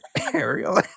Ariel